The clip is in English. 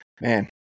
Man